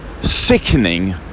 sickening